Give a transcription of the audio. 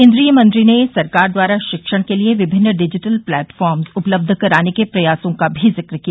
केन्द्रीय मंत्री ने सरकार द्वारा शिक्षण के लिए विमिन्न डिजिटल प्लेटफॉर्म उपलब्ध कराने के प्रयासों का भी जिक्र किया